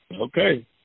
Okay